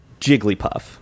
Jigglypuff